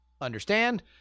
understand